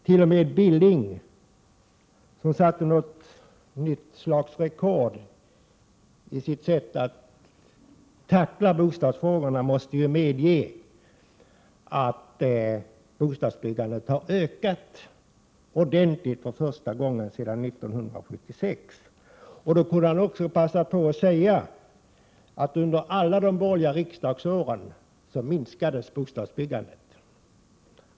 T.o.m. Knut Billing, som satte något slags nytt rekord i sitt sätt att tackla bostadsfrågorna, måste medge att bostadsbyggandet har ökat ordentligt för första gången sedan 1976. Han kunde också ha passat på att säga att bostadsbyggandet minskade under alla de borgerliga regeringsåren.